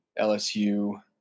lsu